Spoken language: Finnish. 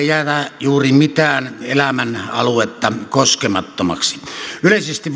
jäävää juuri mitään elämänaluetta koskemattomaksi yleisesti